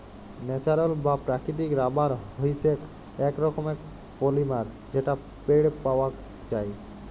natural বা প্রাকৃতিক rubber হইসেক এক রকমের পলিমার যেটা পেড় পাওয়াক যায়